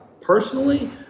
Personally